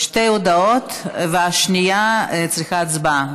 שתי הודעות, והשנייה צריכה הצבעה.